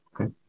okay